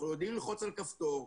אנחנו יודעים ללחוץ על כפתור,